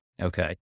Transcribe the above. Okay